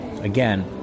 Again